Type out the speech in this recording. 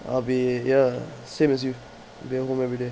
I'll be ya same as you I'll be at home everyday